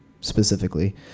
specifically